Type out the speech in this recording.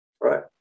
Right